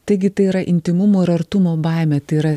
taigi tai yra intymumo ir artumo baimė tai yra